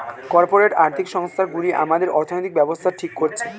corporate আর্থিক সংস্থান গুলি আমাদের অর্থনৈতিক ব্যাবস্থা ঠিক করছে